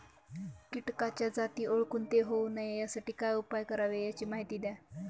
किटकाच्या जाती ओळखून ते होऊ नये यासाठी काय उपाय करावे याची माहिती द्या